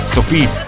Sophie